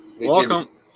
Welcome